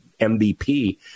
MVP